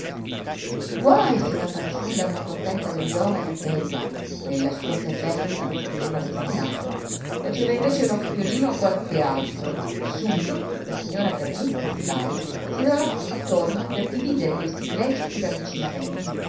guai se una fanciulla non contenta del giovane ch'ella nella sua saggezza le aveva destinato faceva invece l'occhiolino a qualche altro subito la signora cargiuri-crestari si dava attorno per dividere questi illeciti ravvicinamenti